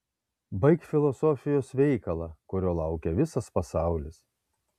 baik filosofijos veikalą kurio laukia visas pasaulis